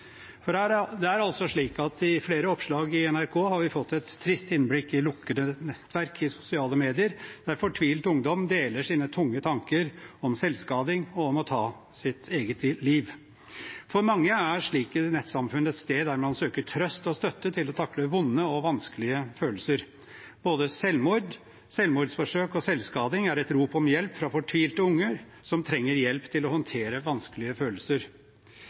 For mange er slike nettsamfunn et sted der man søker trøst og støtte til å takle vonde og vanskelige følelser. Både selvmord, selvmordsforsøk og selvskading er et rop om hjelp fra fortvilte unge som trenger hjelp til å håndtere vanskelige følelser.